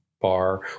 bar